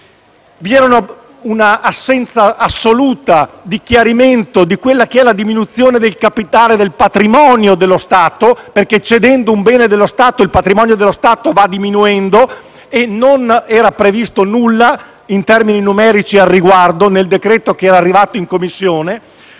vi era l'assenza assoluta di chiarimento della relativa diminuzione del capitale del patrimonio dello Stato perché, cedendo un bene dello Stato, il suo patrimonio va diminuendo e non era previsto nulla in termini numerici al riguardo nel decreto giunto in Commissione.